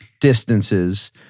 distances